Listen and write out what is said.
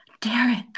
Derek